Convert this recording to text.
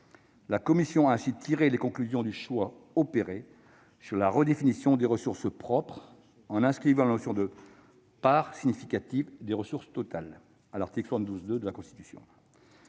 tirant ainsi les conclusions du choix opéré sur la redéfinition des ressources propres en inscrivant la notion de « part significative des ressources totales » à l'article 72-2 de la Constitution.